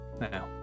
Now